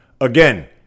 again